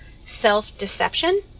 self-deception